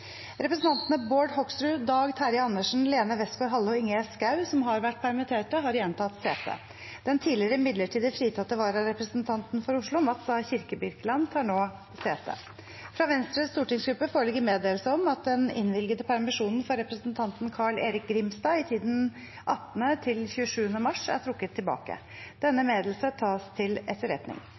Representantene Bård Hoksrud , Dag Terje Andersen , Lene Westgaard-Halle og Ingjerd Schou , som har vært permittert, har igjen tatt sete. Den tidligere midlertidig fritatte vararepresentanten for Oslo, Mats A. Kirkebirkeland , tar nå sete. Fra Venstres stortingsgruppe foreligger meddelelse om at den innvilgede permisjonen for representanten Carl-Erik Grimstad i tiden 18. til 27. mars er trukket tilbake. – Denne meddelelsen tas til etterretning.